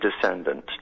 descendant